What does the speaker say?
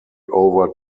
over